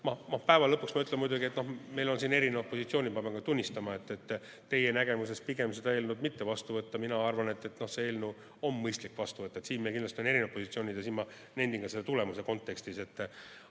Päeva lõpuks ma ütlen muidugi, et meil on siin erinevad positsioonid. Pean tunnistama, et teie nägemuses on mõistlik pigem seda eelnõu mitte vastu võtta, mina arvan, et see eelnõu on mõistlik vastu võtta. Siin meil kindlasti on erinevad positsioonid ja seda ma nendin ka selle tulemuse kontekstis.